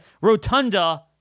rotunda